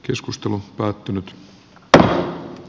keskustelu päättynyt tar k